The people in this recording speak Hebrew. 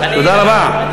תודה רבה.